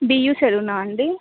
బీయూ సెలూనా అండి